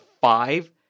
five